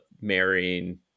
marrying